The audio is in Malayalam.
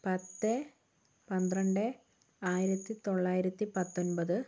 പത്ത് പന്ത്രണ്ട് ആയിരത്തി തൊള്ളായിരത്തി പത്തൊൻപത്